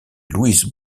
louise